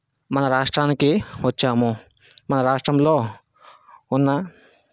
మన రాష్ట్రానికి వచ్చాము మన రాష్ట్రంలో ఉన్న